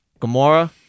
Gamora